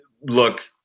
look